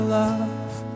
love